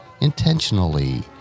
intentionally